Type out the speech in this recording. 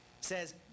says